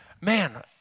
man